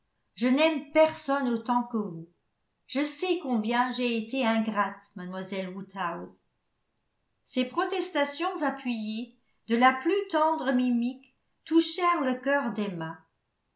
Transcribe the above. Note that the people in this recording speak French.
je n'aime personne autant que vous je sais combien j'ai été ingrate mlle woodhouse ces protestations appuyées de la plus tendre mimique touchèrent le cœur d'emma